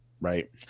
Right